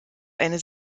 eine